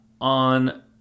on